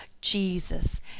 Jesus